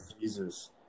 Jesus